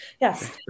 yes